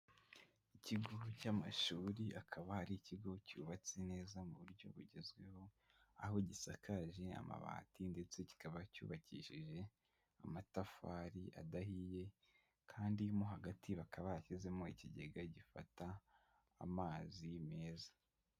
Ikigo cy'amashuri akaba ari ikigo cyubatse neza mu buryo bugezweho, aho gisakaje amabati ndetse kikaba cyubakishije amatafari adahiye kandi mo hagati bakaba bashyizemo ikigega gifata amazi meza.